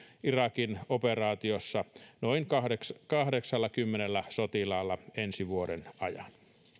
irakin operaatiossa noin kahdeksallakymmenellä sotilaalla ensi vuoden ajan